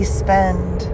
spend